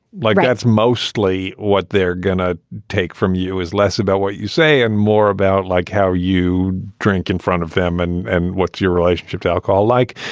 like like that's mostly what they're going to take from you is less about what you say and more about like how you drink in front of them and and what's your relationship to alcohol like.